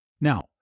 Now